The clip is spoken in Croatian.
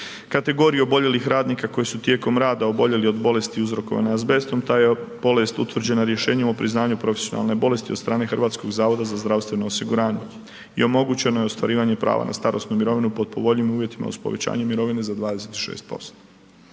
kategoriju oboljelih radnika koji su tijekom rada oboljeli od bolesti uzrokovane azbestom ta je bolest utvrđena rješenjem o priznanju profesionalne bolesti od strane Hrvatskog zavoda za zdravstveno osiguranje i omogućeno je ostvarivanje prava na starosnu mirovinu pod povoljnijim uvjetima uz povećanje mirovine za 26%.